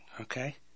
okay